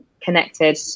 connected